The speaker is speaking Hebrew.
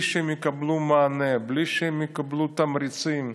שנבעו מהמדיניות המתמשכת של הממשלה כלפי הפלסטינים,